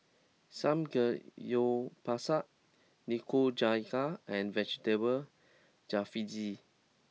Samgeyopsal Nikujaga and Vegetable Jalfrezi